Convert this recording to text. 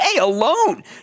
alone